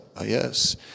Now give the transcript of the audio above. Yes